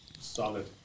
Solid